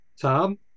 tom